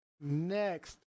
Next